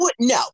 No